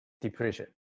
depression